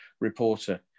reporter